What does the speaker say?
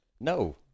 No